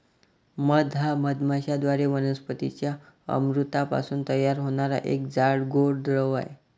मध हा मधमाश्यांद्वारे वनस्पतीं च्या अमृतापासून तयार होणारा एक जाड, गोड द्रव आहे